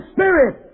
Spirit